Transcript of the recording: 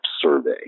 survey